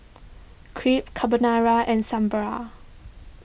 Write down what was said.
Crepe Carbonara and Sambar